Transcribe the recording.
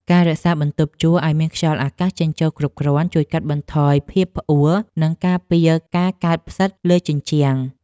ការរក្សាបន្ទប់ជួលឱ្យមានខ្យល់អាកាសចេញចូលគ្រប់គ្រាន់ជួយកាត់បន្ថយភាពផ្អួរនិងការពារការកើតផ្សិតលើជញ្ជាំង។